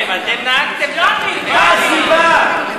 מה הסיבה?